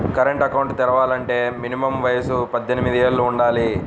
current account తెరవాలంటే minimum వయసు పద్దెనిమిది యేళ్ళు వుండాలి